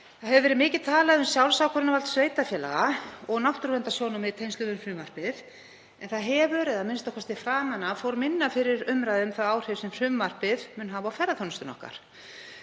Það hefur verið mikið talað um sjálfsákvörðunarvald sveitarfélaga og náttúruverndarsjónarmið í tengslum við frumvarpið en það hefur, a.m.k. framan af, farið minna fyrir umræðu um þau áhrif sem frumvarpið mun hafa á ferðaþjónustuna okkar.